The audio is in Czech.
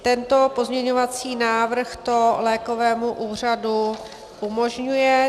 Tento pozměňovací návrh to lékovému úřadu umožňuje.